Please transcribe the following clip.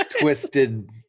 Twisted